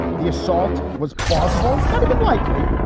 the assault was plausible, not even likely,